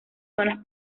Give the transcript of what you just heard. zonas